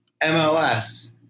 MLS